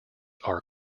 are